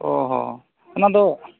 ᱚᱻ ᱦᱚᱸ ᱚᱱᱟᱫᱚ